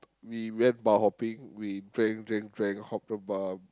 we went bar hopping we drank drank drank hop the bar